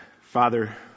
Father